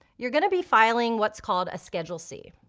you're gonna be filing what's called a schedule c,